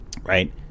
right